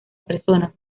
persona